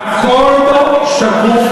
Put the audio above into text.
הכול בו שקוף,